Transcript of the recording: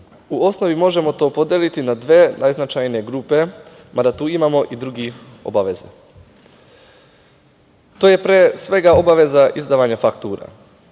u osnovi možemo to podeliti na dve najznačajnije grupe, mada tu imamo i druge obaveze. To je, pre svega, obaveza izdavanja faktura,